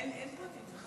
אין פרטים.